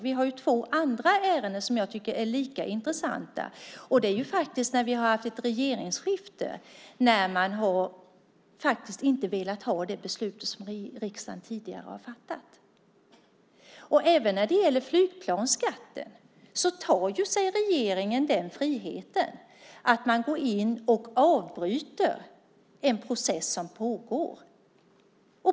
Vi har två andra ärenden som jag tycker är lika intressanta, och det är när vi har haft ett regeringsskifte och man inte har velat ha det beslut som riksdagen tidigare har fattat. Även när det gäller flygskatten tar sig regeringen friheten att gå in och avbryta en process som pågår.